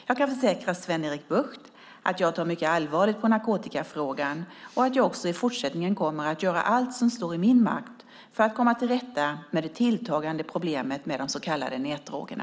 Jag kan försäkra Sven-Erik Bucht att jag tar mycket allvarligt på narkotikafrågan och att jag också i fortsättningen kommer att göra allt som står i min makt för att komma till rätta med det tilltagande problemet med de så kallade nätdrogerna.